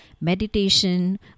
meditation